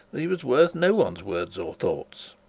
that he was worth no one's words or thoughts.